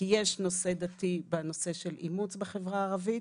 כי יש נושא דתי בנושא של אימוץ בחברה הערבית.